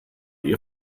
ihr